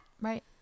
right